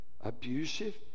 abusive